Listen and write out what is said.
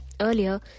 Earlier